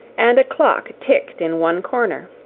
and a clock ticked in one corner.